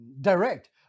direct